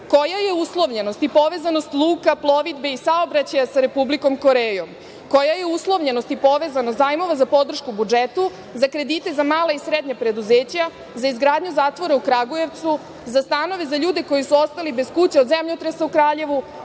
Koja je uslovljenost i povezanost luka, plovidbe i saobraćaja sa Republikom Korejom? Koja je uslovljenost i povezanost zajmova za podršku budžetu, za kredite za mala i srednja preduzeća, za izgradnju zatvora u Kragujevcu, za stanove za ljude koji su ostali bez kuća od zemljotresa u Kraljevu,